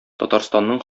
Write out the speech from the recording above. татарстанның